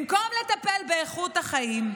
במקום לטפל באיכות החיים,